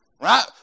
right